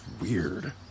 weird